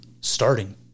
starting